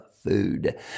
food